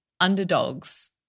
underdogs